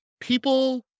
people